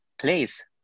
place